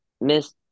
Miss